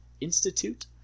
Institute